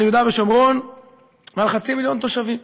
יהודה ושומרון ועל חצי מיליון תושבים.